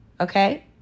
Okay